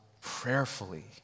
prayerfully